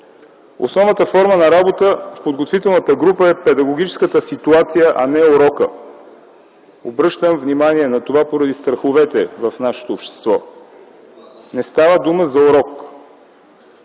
Основната форма на работа в подготвителната група е педагогическата ситуация, а не урокът. Обръщам внимание на това поради страховете в нашето общество. Не става дума за урок